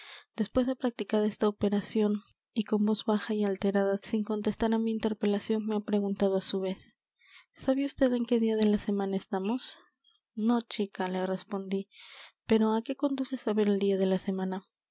después de practicada esta operación y con voz baja y alterada sin contestar á mi interpelación me ha preguntado á su vez sabe usted en qué día de la semana estamos no chica le respondí pero á qué conduce saber el día de la semana